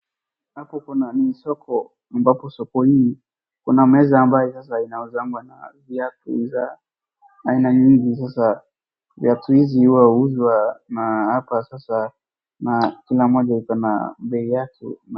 Hapo kuna ni soko ambapo sokoni kuna meza ambaye sasa inauzangwa maviatu xa aina mingi sasa viatu hizi huwa huuzwa na hapa sasa na kila mmoja iko na bei yake.